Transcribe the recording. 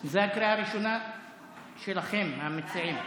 זו הקריאה הראשונה שלכם, המציעים.